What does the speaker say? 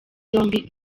zombi